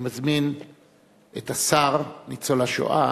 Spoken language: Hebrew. אני מזמין את השר ניצול השואה,